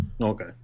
Okay